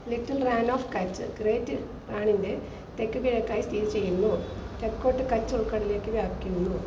little Rann of Kutch great റാണിൻ്റെ തെക്കുകിഴക്കായി സ്ഥിതിചെയ്യുന്നു തെക്കോട്ട് കച്ച് ഉൾക്കടലിലേക്ക് വ്യാപിക്കുന്നു